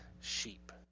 sheep